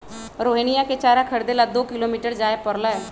रोहिणीया के चारा खरीदे ला दो किलोमीटर जाय पड़लय